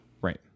Right